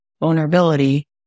vulnerability